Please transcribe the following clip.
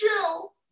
chill